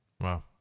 Wow